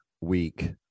week